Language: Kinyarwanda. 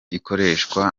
ikoreshwa